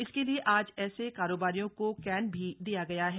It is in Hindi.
इसके लिए आज ऐसे कारोबारियों को कैन भी दिया गया है